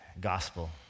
gospel